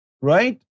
right